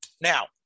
Now